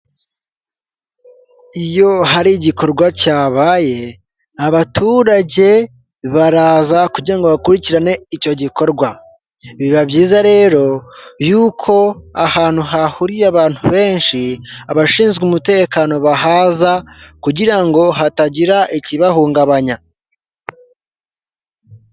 Iyo hari igikorwa cyabaye abaturage baraza kugira ngo bakurikirane icyo gikorwa biba byiza rero yuko ahantu hahuriye abantu benshi abashinzwe umutekano bahaza kugira ngo hatagira ikibahungabanya.